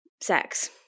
sex